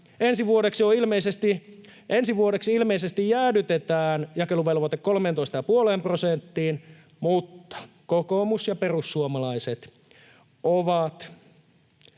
Ensi vuodeksi ilmeisesti jäädytetään jakeluvelvoite 13,5 prosenttiin, mutta kokoomus ja perussuomalaiset ovat